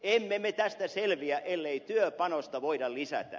emme me tästä selviä ellei työpanosta voida lisätä